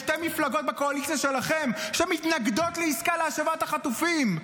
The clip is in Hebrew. יש שתי מפלגות בקואליציה שלכם שמתנגדות לעסקה להשבת החטופים,